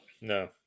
No